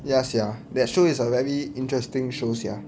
ya sia that show is a very interesting show sia